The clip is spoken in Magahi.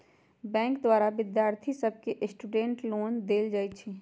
बैंक द्वारा विद्यार्थि सभके स्टूडेंट लोन देल जाइ छइ